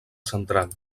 central